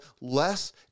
less